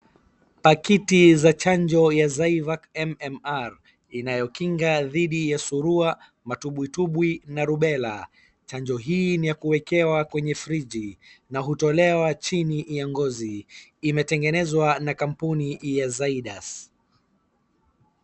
Pakiti za chanjo ya Zyvac MMR inayokinga dhidi ya surua, matumbitumbwi na rubela. Chanjo hii ni ya kuwekewa kwenye friji na hutolewa chini ya ngozi. Imetengenezwa na kampuni ya Zydus.